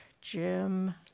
Jim